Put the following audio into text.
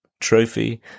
trophy